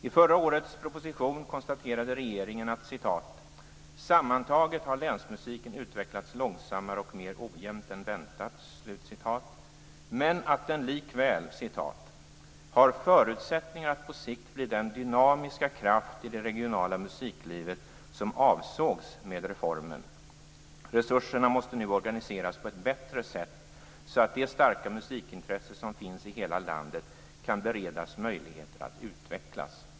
I förra årets proposition konstaterade regeringen att: "Sammantaget har länsmusiken utvecklats långsammare och mer ojämnt än väntat - men regeringen menar att länsmusiken likväl - har förutsättningar att på sikt bli den dynamiska kraft i det regionala musiklivet som avsågs med reformen. - Resurserna måste nu organiseras på ett bättre sätt, så att det starka musikintresse som finns i hela landet kan beredas möjligheter att utvecklas."